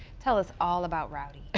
tell us all about rowdy.